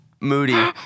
moody